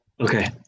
Okay